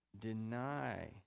deny